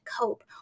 cope